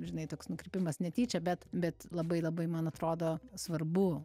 žinai toks nukrypimas netyčia bet bet labai labai man atrodo svarbu